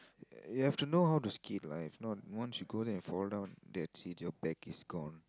you have to know how to ski lah if not once you go there and fall down that's it your back is gone